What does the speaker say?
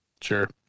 Sure